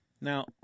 Now